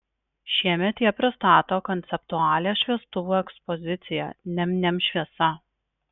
šiemet jie pristato konceptualią šviestuvų ekspoziciją niam niam šviesa